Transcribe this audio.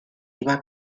iba